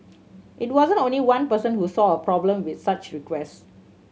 it wasn't only one person who saw a problem with such request